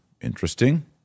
Interesting